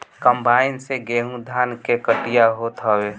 combine से गेंहू धान के कटिया होत हवे